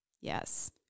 Yes